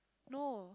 no